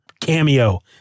cameo